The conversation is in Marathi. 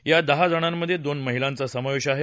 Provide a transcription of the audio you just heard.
या दहा जणांमध्ये दोन महिलांचा समावेश आहे